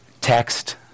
text